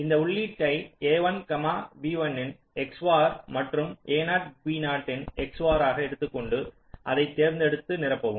இந்த உள்ளீட்டை a1 b1 இன் XOR மற்றும் a0 b0 இன் XOR ஆக எடுத்துக்கொண்டு அதை தேர்ந்தெடுத்து நிரப்பவும்